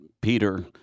Peter